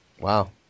Wow